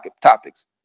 topics